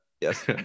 yes